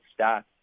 stats